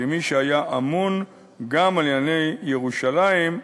כמי שהיה אמון גם על ענייני ירושלים,